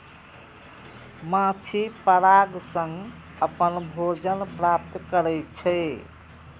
माछी पराग सं अपन भोजन प्राप्त करै छै